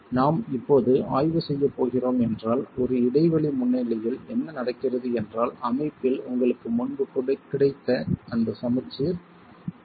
நாம் இப்போது ஆய்வு செய்ய போகிறோம் என்றால் ஒரு இடைவெளி முன்னிலையில் என்ன நடக்கிறது என்றால் அமைப்பில் உங்களுக்கு முன்பு கிடைத்த அந்த சமச்சீர் இல்லை